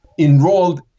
Enrolled